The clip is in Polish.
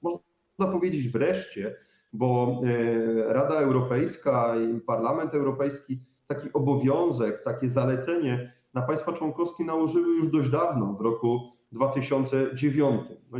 Można powiedzieć: wreszcie, bo Rada Europejska i Parlament Europejski taki obowiązek, takie zalecenie na państwa członkowskie nałożyły już dość dawno, w roku 2009.